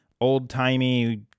old-timey